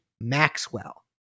Maxwell